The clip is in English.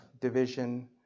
division